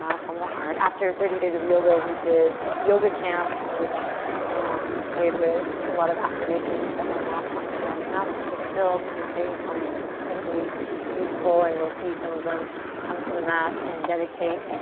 um from the heart. after thirty days of yoga we did yoga camp in which um i played with a lot of affirmations that my mom taught me growing up which i still to this day find incredibly useful and you'll see some of them come to the mat in dedicate.